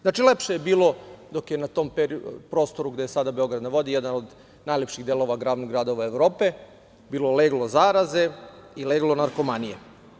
Znači, lepše je bilo dok je na tom prostoru, gde je sada „Beograd na vodi“, jedan od najlepših delova glavnog grada u Evropi, bilo leglo zaraze i leglo narkomanije.